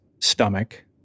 stomach